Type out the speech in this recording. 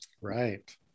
Right